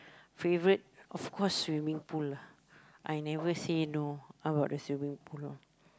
favourite of course swimming pool lah I never say no about the swimming pool all